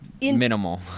minimal